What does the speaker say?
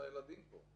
מה עמדתם של הילדים פה?